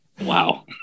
Wow